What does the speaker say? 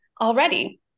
already